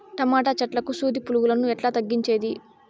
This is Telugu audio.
టమోటా చెట్లకు సూది పులుగులను ఎట్లా తగ్గించేది?